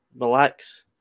Relax